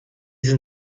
sind